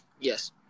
Yes